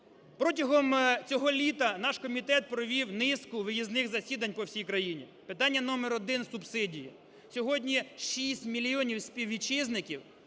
Протягом цього літа наш комітет провів низку виїзних засідань по всій країні. Питання номер один – субсидії. Сьогодні 6 мільйонів співвітчизників,